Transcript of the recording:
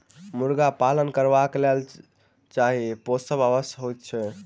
मुर्गा पालन करबाक लेल चाली पोसब आवश्यक होइत छै